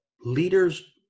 leader's